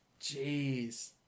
Jeez